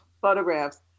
photographs